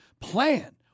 plan